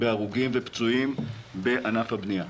בהרוגים ופצועים בענף הבנייה.